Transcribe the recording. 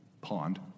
pond